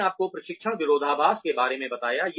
मैंने आपको प्रशिक्षण विरोधाभास के बारे में बताया